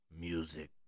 music